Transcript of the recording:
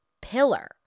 pillar